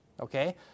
Okay